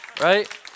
Right